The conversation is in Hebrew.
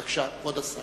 בבקשה, כבוד השר.